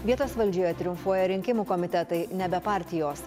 vietos valdžioje triumfuoja rinkimų komitetai nebe partijos